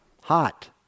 hot